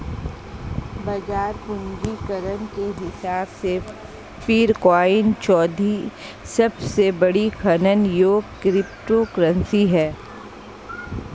बाजार पूंजीकरण के हिसाब से पीरकॉइन चौथी सबसे बड़ी खनन योग्य क्रिप्टोकरेंसी है